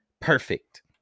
perfect